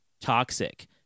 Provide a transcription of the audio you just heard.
toxic